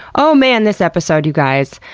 oh man, this episode, you guys.